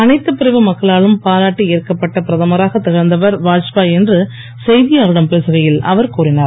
அனைத்துப் பிரிவு மக்களாலும் பாராட்டி ஏற்கப்பட்ட பிரதமராக திகழ்ந்தவர் வாத்பாய் என்று செய்தியாளர்களிடம் பேசுகையில் அவர் கூறினார்